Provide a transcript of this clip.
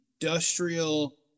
industrial